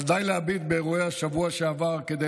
אבל די להביט באירועי השבוע שעבר כדי